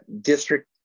district